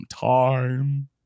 time